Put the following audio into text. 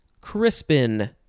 crispin